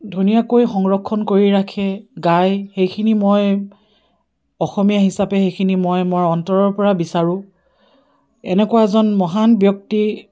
ধুনীয়াকৈ সংৰক্ষণ কৰি ৰাখে গায় সেইখিনি মই অসমীয়া হিচাপে সেইখিনি মই মোৰ অন্তৰৰ পৰা বিচাৰোঁ এনেকুৱা এজন মহান ব্যক্তি